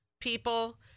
People